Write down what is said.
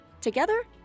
together